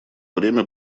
время